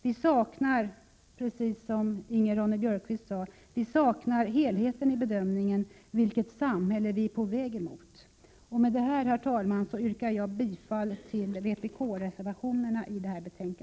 Vi saknar, precis som Ingrid Ronne-Björkqvist sade, helheten i bedömningen av vilket samhälle vi är på väg emot. Fru talman! Med det anförda yrkar jag bifall till vpk-reservationerna.